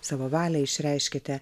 savo valią išreiškėte